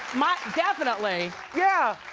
definitely. yeah,